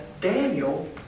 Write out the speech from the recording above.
Daniel